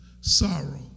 sorrow